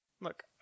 Look